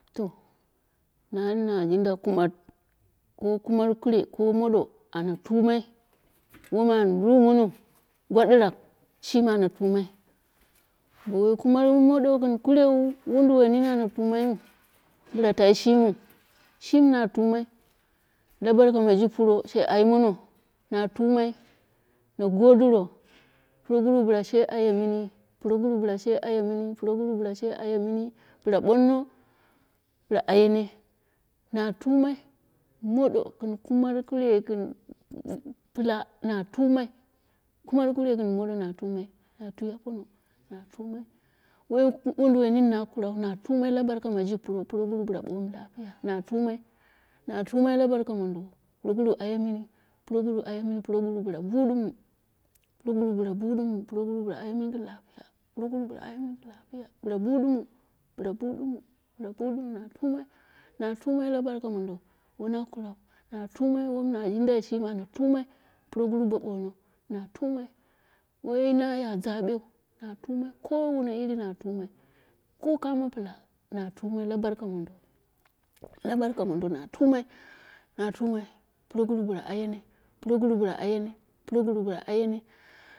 To nari nu jinda kumar, ko kuman kure ko moɗo, ana tumai, wom an yemono gwadirak shimi na tumai boye kuman modo gɨn kure, wai wunduwai nini na tumai wu bila tai shimiu. shinai na tumai la barka ma ji pro she aimono na tumai na godiro proguru bo she eye mina, proguru bila she ayemini proguru bila she aye mini, bila momu bila ayene, na tuna mudo kumakure, gɨn pla na tumai, kumen kure gɨn modo na tumai, na twi apono na tumai, wai wuuduwai mini na kuralu la barka maji pro, proguru bilu bomu lapiya na fumai, na tumen la burka mondo proguru aye mini progoru aye mini proguru bila budimu, bila budimu na tumai, na tumu la burka modo wan kuruu na tumai woma na jindai shimi na tumai proguru bo bodoo na tumai. Wainaya zabeu na tumai ko wane iri na tumai ko kamo pila na tumei la bark mondo, la barka momdo nu tume na tumai proguru bila ayena proguru bila ayene proguru bila ayene.